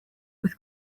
with